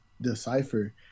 decipher